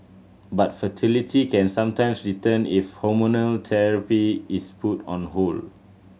but fertility can sometimes return if hormonal therapy is put on hold